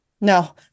No